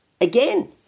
again